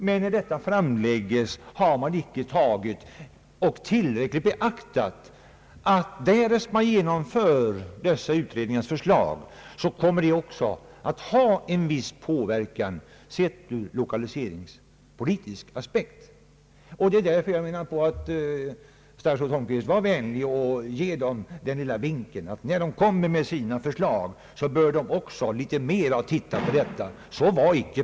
Men då visar det sig ofta att man inte tillräckligt har beaktat att därest utredningars förslag genomförs så kommer det också att ha en viss verkan sett ur lokaliseringspolitisk aspekt. Därför vill jag be statsrådet Holmqvist vara vänlig att ge vederbörande utredare en vink att de innan de lägger fram sina förslag bör tänka även på denna sidan av saken.